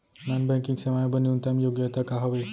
Non banking सेवाएं बर न्यूनतम योग्यता का हावे?